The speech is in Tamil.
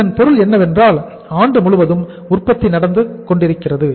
இதன் பொருள் என்னவென்றால் ஆண்டு முழுவதும் உற்பத்தி நடந்து கொண்டிருக்கிறது